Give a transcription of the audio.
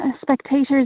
spectators